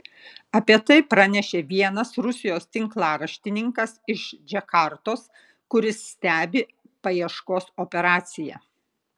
apie tai pranešė vienas rusijos tinklaraštininkas iš džakartos kuris stebi paieškos operaciją